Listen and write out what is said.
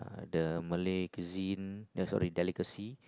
the Malay cuisine ya sorry delicacy